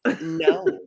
No